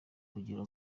kugira